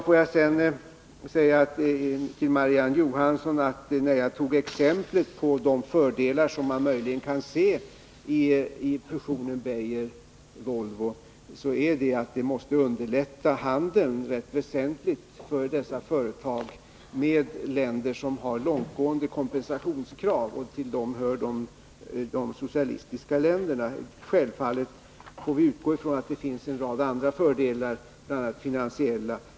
Får jag sedan säga till Marie-Ann Johansson att de fördelar man möjligen kan se i fusionen Beijer-Volvo är att den rätt väsentligt måste underlätta handeln med länder som har långtgående kompensationskrav, och till dem hör de socialistiska länderna. Självfallet får vi utgå från att det finns en rad andra fördelar, bl.a. finansiella.